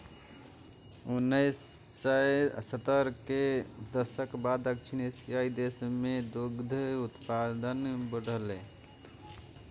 उन्नैस सय सत्तर के दशक के बाद दक्षिण एशियाइ देश मे दुग्ध उत्पादन बढ़लैए